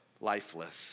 lifeless